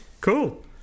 cool